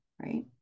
Right